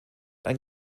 ein